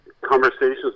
conversations